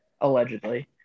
allegedly